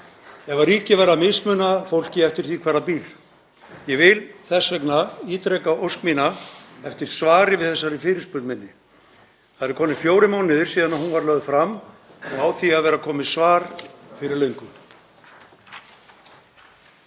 ef ríkið væri að mismuna fólki eftir því hvar það býr. Ég vil þess vegna ítreka ósk mína um svar við þessari fyrirspurn minni. Það eru komnir fjórir mánuðir síðan hún var lögð fram og því á að vera komið svar fyrir löngu.